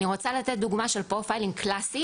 אני רוצה לתת דוגמה של פרופיילינג קלאסי